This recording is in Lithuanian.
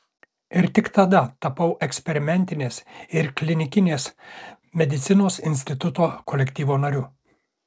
ir tik tada tapau eksperimentinės ir klinikinės medicinos instituto kolektyvo nariu